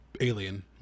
Alien